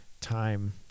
time